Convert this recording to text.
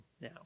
now